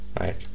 right